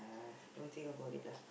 ah don't think about it lah